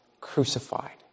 crucified